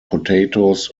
potatoes